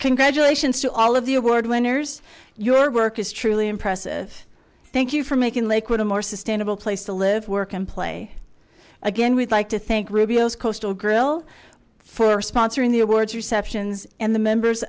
congratulations to all of the award winners your work is truly impressive thank you for making lakewood a more sustainable place to live work and play again we'd like to thank rubio's coastal grill for sponsoring the awards receptions and the members